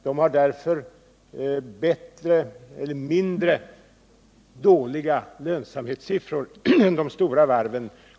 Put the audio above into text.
De har därför mindre dåliga lönsamhetssiffror än de stora varven.